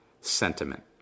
sentiment